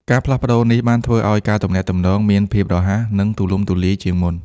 ការផ្លាស់ប្ដូរនេះបានធ្វើឲ្យការទំនាក់ទំនងមាន ភាពរហ័ស និង ទូលំទូលាយជាងមុន។